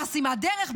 בחסימת דרך,